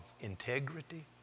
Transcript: integrity